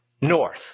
north